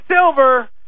silver